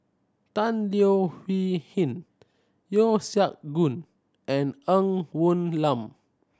Tan Leo Hee Hin Yeo Siak Goon and Ng Woon Lam